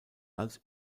als